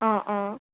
অঁ অঁ